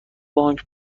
بانک